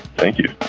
thank you.